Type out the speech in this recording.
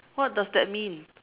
what does that mean